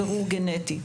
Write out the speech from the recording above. גנטי.